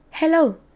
hello